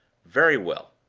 very well.